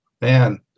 Man